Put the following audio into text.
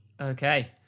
Okay